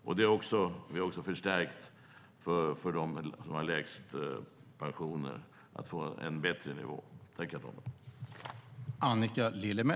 Vi har också förstärkt för dem med lägst pensioner för att de ska få en bättre nivå.